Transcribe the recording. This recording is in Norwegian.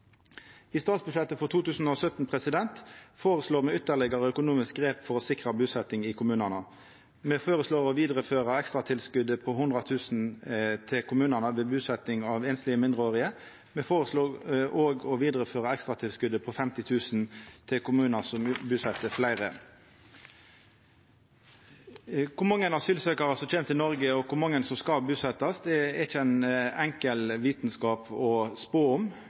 I statsbudsjettet for 2017 føreslår me ytterlegare økonomiske grep for å sikra busetjing i kommunane. Me føreslår å føra vidare ekstratilskotet på 100 000 kr til kommunane ved busetjing av einslege mindreårige. Me føreslår òg å føra vidare ekstratilskotet på 50 000 kr til kommunar som buset fleire. Kor mange asylsøkjarar som kjem til Noreg, og kor mange som skal busetjast, er ikkje ein enkel vitskap å spå om.